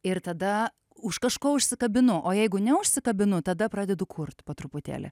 ir tada už kažko užsikabinu o jeigu neužsikabinu tada pradedu kurt po truputėlį